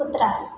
कुत्रा